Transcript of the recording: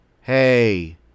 Hey